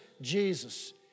Jesus